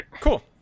Cool